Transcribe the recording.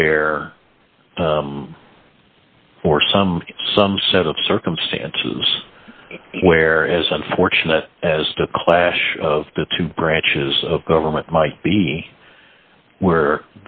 where for some some set of circumstances where as unfortunate as a clash of the two branches of government might be where